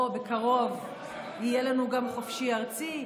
בקרוב יהיה לנו גם חופשי-ארצי,